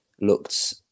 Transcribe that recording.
looked